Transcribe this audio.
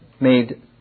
made